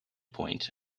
point